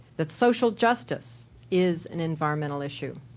that social justice is an environmental issue.